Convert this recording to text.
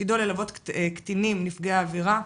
שתפקידו ללוות קטינים נפגעי עבירה,